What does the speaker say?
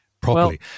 properly